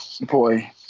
boy